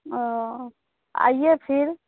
आइए फिर